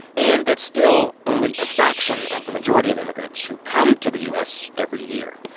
and that's still only a fraction of the majority of immigrants who come to the u s. every year.